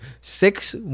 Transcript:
Six